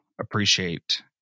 appreciate